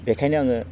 बेखायनो आङो